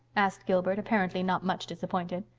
asked gilbert, apparently not much disappointed.